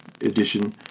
edition